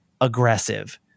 aggressive